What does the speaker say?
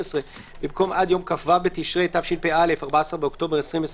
במקום עד יום כ"ו בתשרי תשפ"א 14 באוקטובר 2020